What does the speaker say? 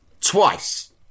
twice